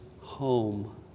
home